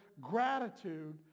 gratitude